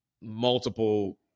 multiple